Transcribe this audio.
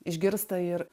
išgirsta ir